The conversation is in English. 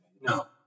No